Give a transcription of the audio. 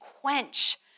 quench